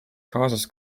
kaasas